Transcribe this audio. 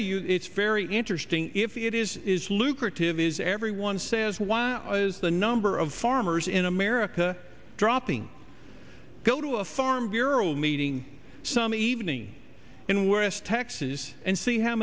you it's very interesting if it is lucrative is everyone says was the number of farmers in america dropping go to a farm bureau meeting some evening in west texas and see how